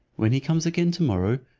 when he comes again to-morrow,